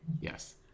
Yes